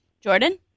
Jordan